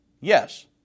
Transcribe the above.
yes